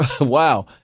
wow